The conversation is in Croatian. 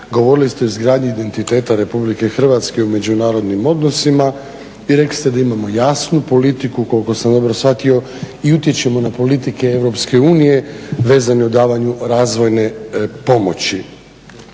gorili ste o izgradnji identiteta RH u međunarodnim odnosima i rekli ste da imamo jasnu politiku koliko sam dobro shvatio i utječemo na politike EU vezane u davanju razvojne pomoći.